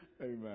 Amen